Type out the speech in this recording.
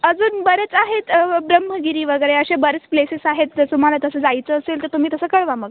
अजून बरेच आहेत ब्रह्मगिरी वगैरे असे बरेच प्लेसेस आहेत जर तुम्हाला तसं जायचं असेल तर तुम्ही तसं कळवा मग